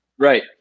Right